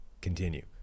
continue